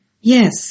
yes